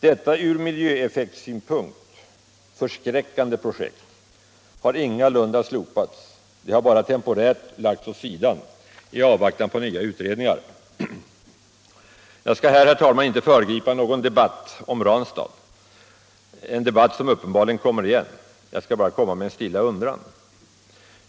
Detta ur miljöeffektsynpunkt förskräckande projekt har ingalunda slopats. Det har bara temporärt lagts åt sidan i avvaktan på nya utredningar. Jag skall här, herr talman, inte föregripa någon debatt om Ranstad, en debatt som uppenbarligen kommer igen, utan bara komma med en stilla undran.